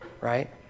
Right